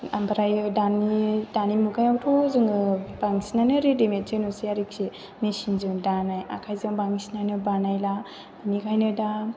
ओमफ्रायो दानि मुगायावथ' जोङो बांसिनानो रेडिमेडसो नुसै आरोखि मेसिनजों दानाय आखाइजों बांसिनानो बानायला बेनिखायनो दा